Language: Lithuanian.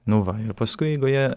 nu va ir paskui eigoje